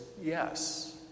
yes